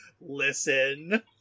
Listen